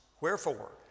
Wherefore